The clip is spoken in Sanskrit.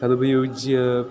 तदुपयुज्य